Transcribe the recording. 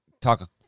talk